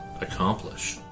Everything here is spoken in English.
accomplish